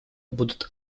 будут